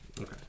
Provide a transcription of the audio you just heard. Okay